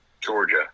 Georgia